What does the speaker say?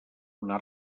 una